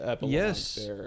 Yes